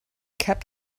kept